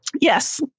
yes